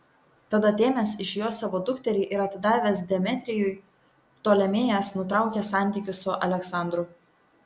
tad atėmęs iš jo savo dukterį ir atidavęs demetrijui ptolemėjas nutraukė santykius su aleksandru